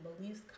beliefs